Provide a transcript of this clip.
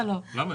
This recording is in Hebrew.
למה?